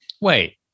Wait